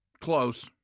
Close